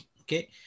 Okay